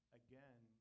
again